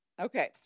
Okay